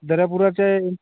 दर्यापुराचे